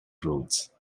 roads